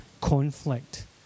conflict